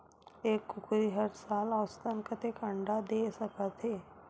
एक कुकरी हर साल औसतन कतेक अंडा दे सकत हे?